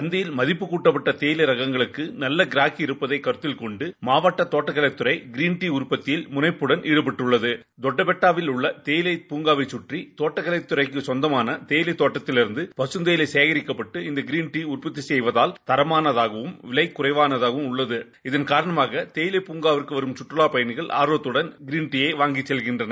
சந்தையில் மதிப்பு கூட்ப்பட்ட தேயிலை ரகங்களுக்கு நல்ல கிராக்கி இருப்பதை கருத்தில் கொண்டு மாவட்ட தோட்டக்கலைத் துறை க்ரீன் டீ உற்பத்தியில் முனைப்புடன் ஈடுபட்டுள்ளது தொட்டப்பெட்டாவில் உள்ள தேயிலை பூங்காவை கற்றி தோட்டக்கலை துறைக்கு சொந்தமான தேயிலை தோட்டத்திலிருந்து பகுந்தேயிலை சேகிக்கப்பட்டு இந்த கிள் டீ உற்பத்தி செய்வதால் தரமானதாகவும் விலை குறைவானதாகவும் உள்ளது இதன் காரணமாக தேயிலை பூங்காவுக்கு வரும் கற்றுவாப் பயணிகள் ஆர்வத்தடன் க்ரீன் ட யை வாங்கிச் செல்கின்றனர்